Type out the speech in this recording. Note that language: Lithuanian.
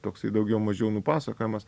toksai daugiau mažiau nupasakojamas